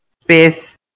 space